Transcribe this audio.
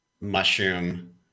mushroom